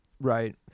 Right